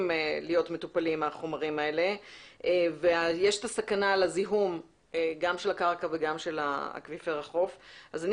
להיות מטופלים ויש סכנה לזיהום הקרקע וגם של אקוויפר החוף ולכן